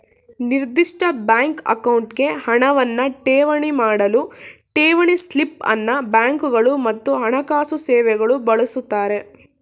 ನಿರ್ದಿಷ್ಟ ಬ್ಯಾಂಕ್ ಅಕೌಂಟ್ಗೆ ಹಣವನ್ನ ಠೇವಣಿ ಮಾಡಲು ಠೇವಣಿ ಸ್ಲಿಪ್ ಅನ್ನ ಬ್ಯಾಂಕ್ಗಳು ಮತ್ತು ಹಣಕಾಸು ಸೇವೆಗಳು ಬಳಸುತ್ತಾರೆ